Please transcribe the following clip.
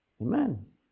Amen